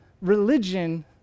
religion